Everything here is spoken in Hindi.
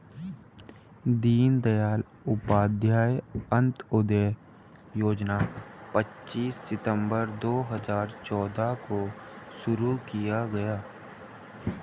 दीन दयाल उपाध्याय अंत्योदय योजना पच्चीस सितम्बर दो हजार चौदह को शुरू किया गया